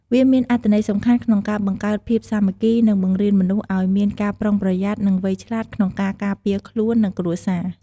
វាមានអត្ថន័យសំខាន់ក្នុងការបង្កើតភាពសាមគ្គី និងបង្រៀនមនុស្សឱ្យមានការប្រុងប្រយ័ត្ន និងវៃឆ្លាតក្នុងការការពារខ្លួន និងគ្រួសារ។